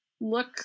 look